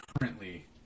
currently